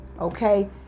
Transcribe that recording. Okay